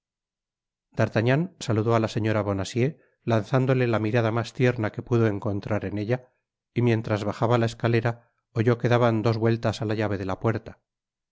d'artagnan saludó á la señora bonacieux lanzándole la mirada mas tierna que pudo encontrar en ella y mientras bajaba la escalera oyó que daban dos vueltas á la llave de la puerta